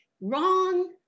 Wrong